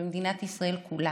ובמדינת ישראל כולה,